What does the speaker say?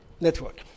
network